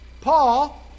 Paul